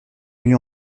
mieux